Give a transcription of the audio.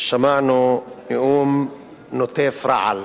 שמענו נאום נוטף רעל.